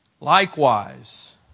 Likewise